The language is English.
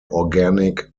organic